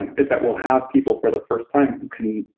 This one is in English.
and is that we'll have people for the first time who can.